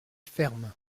ferme